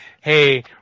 hey